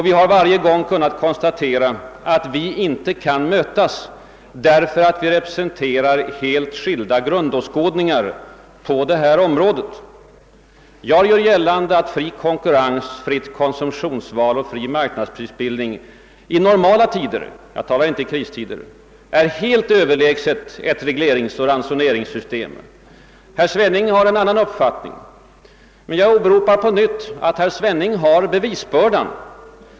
Vi har varje gång kunnat konstatera att vi inte kan mötas, därför att vi representerar helt skilda grundåskådningar på det här området. Jag gör gällande att fri konkurrens, fritt konsumtionsval och fri marknadsprisbildning i normala tider — jag talar inte om kristider — är helt överlägsna ett regleringsoch ransoneringssystem. Herr Svenning har motsatt uppfattning. Men herr Svenning har bevisbördan för riktigheten av sina teser.